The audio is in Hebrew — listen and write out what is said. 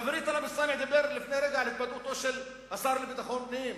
חברי טלב אלסאנע דיבר לפני רגע על התבטאותו של השר לביטחון פנים.